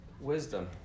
wisdom